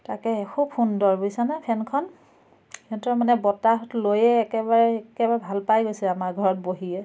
তাকেহে খুব সুন্দৰ বুজিছানে ফেনখন হেঁতৰ মানে বতাহ লৈয়ে একেবাৰে একেবাৰে ভাল পাই গৈছে আমাৰ ঘৰত বহিয়ে